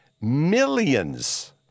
Millions